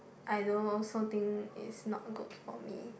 I don't also think is not good for me